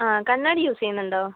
ആ കണ്ണാടി യൂസ് ചെയ്യുന്നുണ്ടോ